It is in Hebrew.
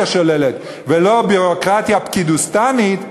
שולטת ולא הדמוקרטיה הקירגיסטנית,